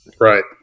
Right